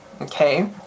okay